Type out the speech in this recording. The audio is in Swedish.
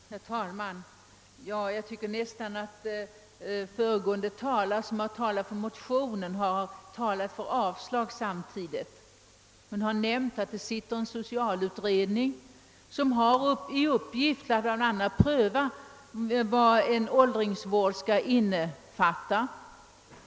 Herr talman! Jag tycker nästan att föregående talare, som talade för motionen, samtidigt talade för avslag. Hon nämnde att en socialutredning tillsatts som har till uppgift bl.a. att pröva vad en åldringsvård skall innefatta.